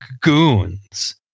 goons